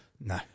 No